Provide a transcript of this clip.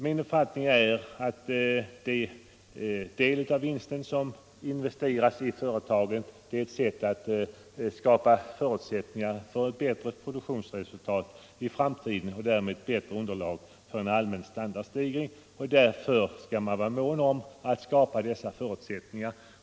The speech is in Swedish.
Min uppfattning är att den del av vinsten som investeras i företaget skapar förutsättningar för bättre produktionsresultat i framtiden och därmed bättre underlag för en allmän standardstegring. Därför skall man vara mån om att skapa dessa förutsättningar.